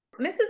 Mrs